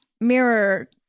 mirror